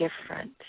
different